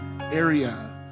area